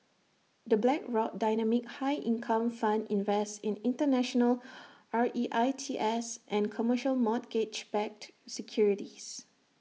the Blackrock dynamic high income fund invests in International R E I T S and commercial mortgage backed securities